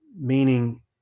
Meaning